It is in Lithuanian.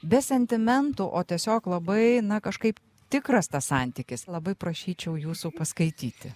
be sentimentų o tiesiog labai na kažkaip tikras tas santykis labai prašyčiau jūsų paskaityti